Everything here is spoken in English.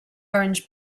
orange